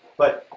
but,